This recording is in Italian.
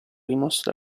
rimosso